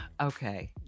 Okay